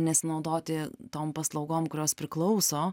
nesinaudoti tom paslaugom kurios priklauso